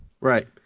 Right